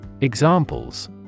Examples